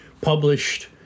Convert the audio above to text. published